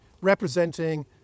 representing